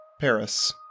Paris